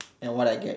then what I get